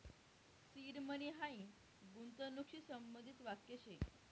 seed money हायी गूंतवणूकशी संबंधित वाक्य शे